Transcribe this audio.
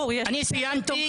אני סיימתי.